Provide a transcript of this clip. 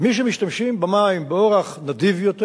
מי שמשתמשים במים באורח נדיב יותר,